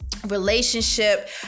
relationship